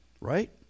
right